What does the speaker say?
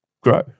grow